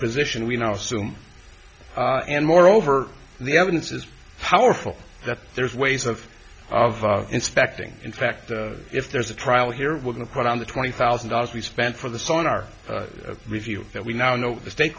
position we know sume and moreover the evidence is powerful that there's ways of inspecting in fact if there's a trial here we're going to put on the twenty thousand dollars we spent for this on our review that we now know the state